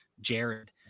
jared